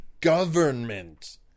government